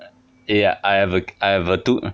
eh I have a I have a two